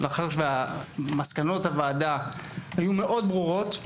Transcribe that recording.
מאחר שמסקנות הוועדה היו מאוד ברורות,